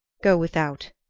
go without,